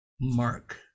mark